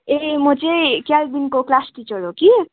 ए म चाहिँ क्याल्भिनको क्लास टिचर हो कि